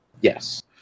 Yes